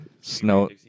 snow